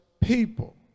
people